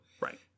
Right